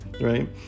right